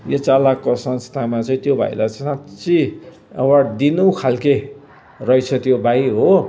यो चालकको संस्थामा चाहिँ त्यो भाइलाई साँच्चै अवार्ड दिनु खालके रहेछ त्यो भाइ हो